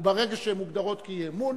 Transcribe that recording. ברגע שהן מוגדרות כאי-אמון,